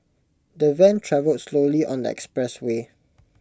the van travelled slowly on that expressway